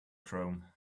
chrome